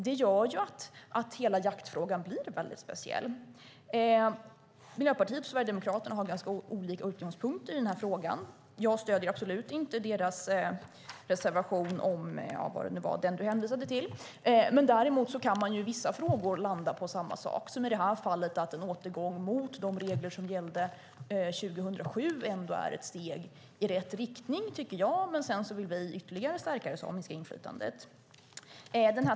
Det gör att hela jaktfrågan blir väldigt speciell. Miljöpartiet och Sverigedemokraterna har ganska olika utgångspunkter i den här frågan. Jag stöder absolut inte deras reservation som Nina Lundström hänvisade till. Däremot kan man i vissa frågor landa på samma sak, som i det här fallet att en återgång till de regler som gällde 2007 är ett steg i rätt riktning, tycker jag. Sedan vill jag ytterligare stärka det samiska inflytandet.